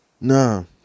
No